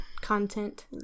content